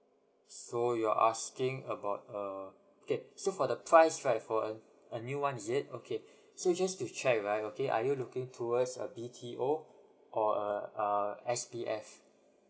so you're asking about uh okay so for the price right for a a new one is it okay so just to check right okay are you looking towards a B_T_O or a uh S_B_F